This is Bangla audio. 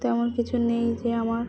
তেমন কিছু নেই যে আমার